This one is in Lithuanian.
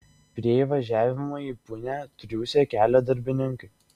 prie įvažiavimo į punią triūsė kelio darbininkai